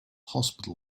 hospital